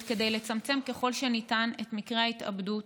כדי לצמצם ככל שניתן את מקרי ההתאבדויות,